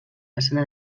façana